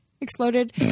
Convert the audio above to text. exploded